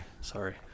Sorry